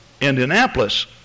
Indianapolis